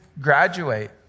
graduate